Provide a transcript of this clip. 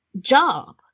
job